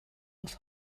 was